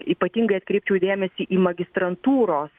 ypatingai atkreipčiau dėmesį į magistrantūros